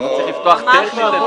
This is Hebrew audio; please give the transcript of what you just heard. גם לא צריך לפתוח טכנית --- לא.